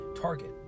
target